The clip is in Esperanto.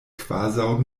kvazaŭ